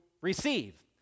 receive